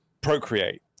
procreate